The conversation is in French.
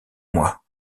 moi